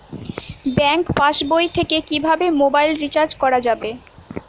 Bank পাশবই থেকে কিভাবে মোবাইল রিচার্জ করা যাবে?